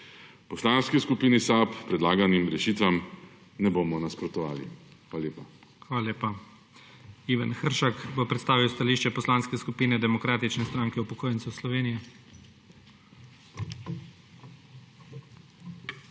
Poslanski skupini SAB predlaganim rešitvam ne bomo nasprotovali. Hvala lepa. **PREDSEDNIK IGOR ZORČIČ:** Hvala lepa. Ivan Hršak bo predstavil stališče Poslanske skupine Demokratične stranke upokojencev Slovenije.